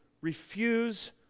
refuse